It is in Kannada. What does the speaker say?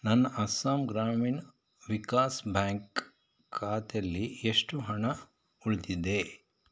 ನನ್ನ ಅಸ್ಸಾಂ ಗ್ರಾಮೀಣ್ ವಿಕಾಸ್ ಬ್ಯಾಂಕ್ ಖಾತೆಲ್ಲಿ ಎಷ್ಟು ಹಣ ಉಳಿದಿದೆ